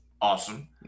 Awesome